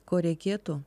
ko reikėtų